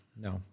no